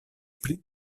pri